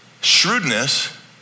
Shrewdness